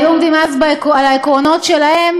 היו עומדים אז על העקרונות שלהם,